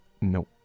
No